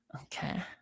Okay